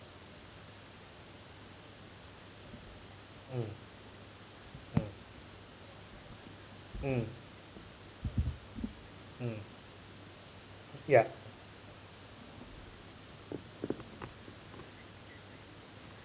mm mm mm mm ya